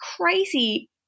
crazy